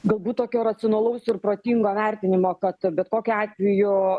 galbūt tokio racionalaus ir protingo vertinimo kad bet kokiu atveju